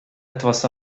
etwas